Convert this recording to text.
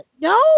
No